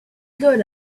got